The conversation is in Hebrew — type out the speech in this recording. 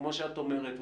וכמו שאת אומרת,